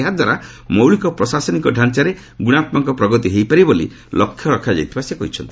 ଏହାଦ୍ୱାରା ମୌଳିକ ପ୍ରଶାସନିକ ଢାଞ୍ଚାରେ ଗୁଣାତ୍ମକ ପ୍ରଗତି ହୋଇପାରିବ ବୋଲି ଲକ୍ଷ୍ୟ ରଖାଯାଇଥିବା ସେ କହିଚ୍ଛନ୍ତି